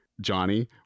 Johnny